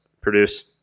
produce